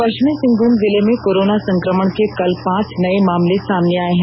पष्चिमी सिंहभूम जिले में कोरोना संकमण के कल पांच नये मामले सामने आए हैं